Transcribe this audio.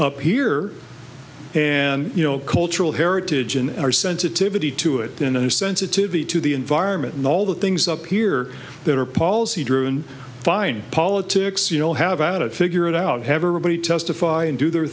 up here and you know cultural heritage and our sensitivity to it in a sensitivity to the environment and all the things up here that are policy driven fine politics you know how about it figure it out have a really testify and do their